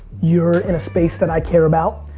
you're in a space that i care about.